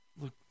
look